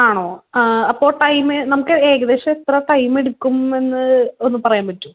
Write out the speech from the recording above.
ആണോ ആ അപ്പോൾ ടൈമ് നമുക്ക് ഏകദേശം എത്ര ടൈമ് എടുക്കും എന്ന് ഒന്ന് പറയാൻ പറ്റുവോ